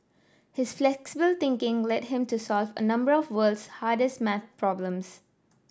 his flexible thinking led him to solve a number of world's hardest maths problems